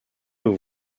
aux